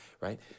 right